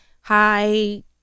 Hi